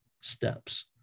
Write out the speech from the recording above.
steps